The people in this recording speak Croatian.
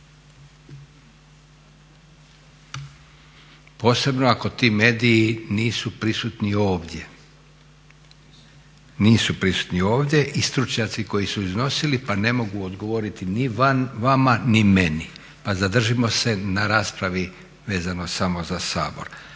posebno ako ti mediji nisu prisutni ovdje, nisu prisutni ovdje i stručnjaci koji su iznosili pa ne mogu odgovoriti ni vama, ni meni pa zadržimo se na raspravi vezano samo za Sabor.